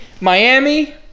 Miami